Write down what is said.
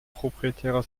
proprietärer